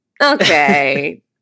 Okay